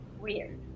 weird